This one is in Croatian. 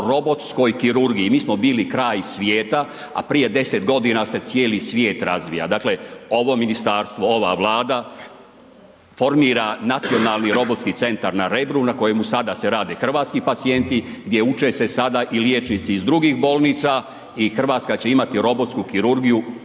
robotskoj kirurgiji, mi smo bili kraj svijeta a prije 10 godina se cijeli svijet razvija. Dakle ovo ministarstvo, ova Vlada formira nacionalni robotski centar na Rebru na kojemu sada se rade hrvatski pacijenti, gdje uče se sada i liječnici iz drugih bolnica i Hrvatska će imati robotsku kirurgiju